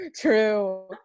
true